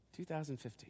2015